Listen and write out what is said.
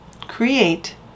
create